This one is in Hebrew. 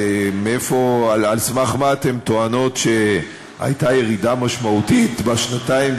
מאיפה ועל סמך מה אתן טוענות שהייתה ירידה משמעותית בשנתיים,